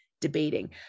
debating